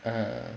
uh